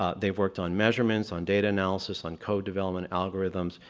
ah they've worked on measurements, on data analysis, on code development, algorithms,